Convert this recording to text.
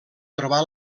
trobar